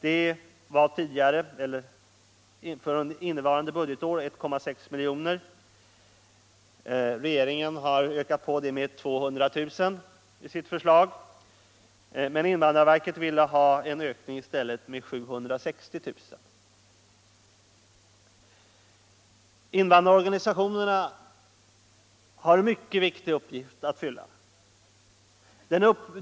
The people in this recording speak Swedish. Detta anslag är för innevarande budgetår 1,6 milj.kr. Regeringen har föreslagit att anslaget skall höjas med 200 000 kr. Invandrarverket har äskat en ökning med 760 000 kr. Invandrarorganisationerna har en mycket viktig uppgift att fylla.